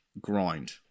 grind